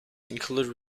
include